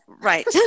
right